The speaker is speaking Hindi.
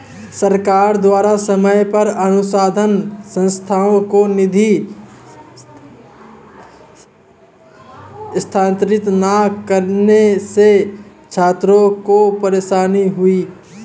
सरकार द्वारा समय पर अनुसन्धान संस्थानों को निधि स्थानांतरित न करने से छात्रों को परेशानी हुई